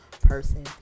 person